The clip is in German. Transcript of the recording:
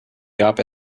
gab